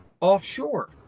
offshore